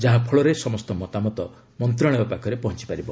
ଯାହାଫଳରେ ସମସ୍ତ ମତାମତ ମନ୍ତ୍ରଣାଳୟ ପାଖରେ ପହଞ୍ଚି ପାରିବ